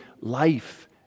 life